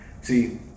See